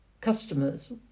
customers